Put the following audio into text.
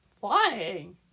Flying